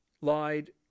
lied